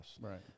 Right